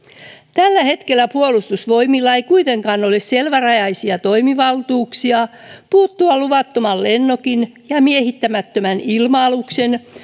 tällä hetkellä puolustusvoimilla ei kuitenkaan ole selvärajaisia toimivaltuuksia puuttua luvattoman lennokin ja miehittämättömän ilma aluksen